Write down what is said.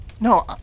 No